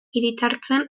hiritartzen